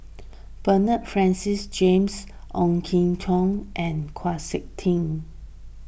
Bernard Francis James Ong Jin Teong and Chau Sik Ting